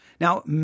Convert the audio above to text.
Now